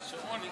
אני שואלת אותך.